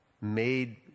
made